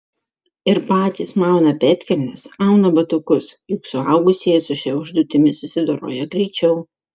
ir patys mauna pėdkelnes auna batukus juk suaugusieji su šia užduotimi susidoroja greičiau